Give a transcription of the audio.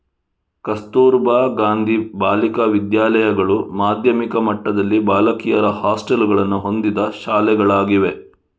ಕಸ್ತೂರಬಾ ಗಾಂಧಿ ಬಾಲಿಕಾ ವಿದ್ಯಾಲಯಗಳು ಮಾಧ್ಯಮಿಕ ಮಟ್ಟದಲ್ಲಿ ಬಾಲಕಿಯರ ಹಾಸ್ಟೆಲುಗಳನ್ನು ಹೊಂದಿದ ಶಾಲೆಗಳಾಗಿವೆ